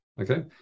Okay